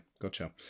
Gotcha